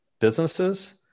businesses